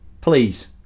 Please